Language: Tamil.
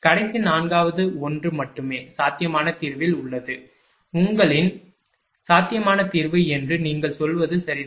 கடைசி 4 வது ஒன்று மட்டுமே சாத்தியமான தீர்வில் உள்ளது உங்களின் சாத்தியமான தீர்வு என்று நீங்கள் சொல்வது சரிதான்